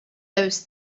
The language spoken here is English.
those